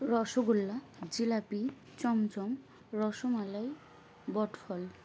রসগোল্লা জিলাপি চমচম রসমালাই বটফল